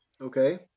Okay